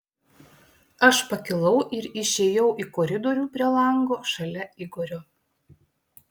aš pakilau ir išėjau į koridorių prie lango šalia igorio